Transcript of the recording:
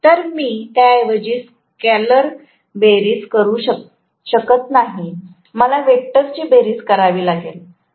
तर मी त्याऐवजी स्कॅलर बेरीज करू शकत नाही मला वेक्टरची बेरीज करावी लागेल